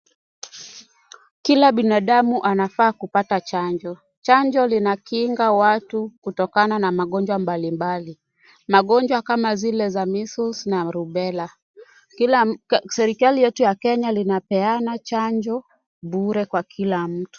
Kila binadamu anafaa kupata chanjo, chanjo linakinga watu kutokana na magonjwa mbali mbali, magonjwa kama zile za (cs) missles(cs) na (cs)rubella(cs), kila m, ke, serikali yetu ya Kenya linapeana chanjo, bure kwa kila mtu.